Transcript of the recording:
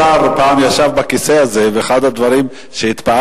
השר פעם ישב בכיסא הזה, ואחד הדברים שהתפעלתי,